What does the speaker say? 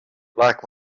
like